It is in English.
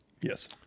Yes